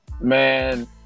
Man